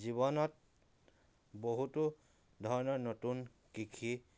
জীৱনত বহুতো ধৰণৰ নতুন কৃষি